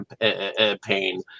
campaign